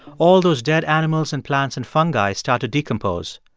all those dead animals and plants and fungi start to decompose.